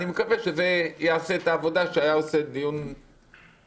אני מקווה שזה יעשה את העבודה שהיה עושה דיון דחוף.